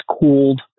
cooled